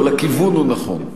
אבל הכיוון הוא נכון.